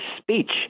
speech